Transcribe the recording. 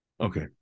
Okay